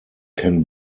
can